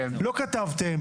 לא כתבתם,